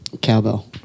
Cowbell